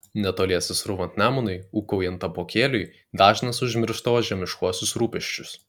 netoliese srūvant nemunui ūkaujant apuokėliui dažnas užmiršdavo žemiškuosius rūpesčius